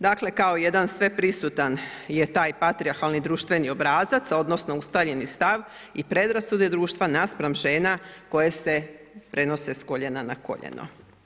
Dakle, kao jedan sveprisutan je taj patrijarhalni društveni obrazac, odnosno, ustaljeni stav i predrasude društva naspram žena koje se prenose s koljena na koljeno.